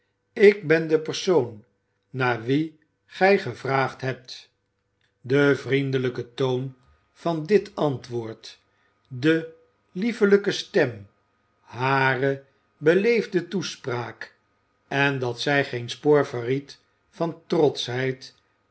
ik ben de persoon naar wie gij gevraagd hebt de vriendelijke toon van dit antwoord de liefelijke stem hare beleefde toespraak en dat zij geen spoor verried van trotschheid